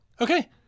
Okay